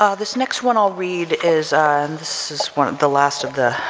ah this next one i'll read is this is one of the last of the,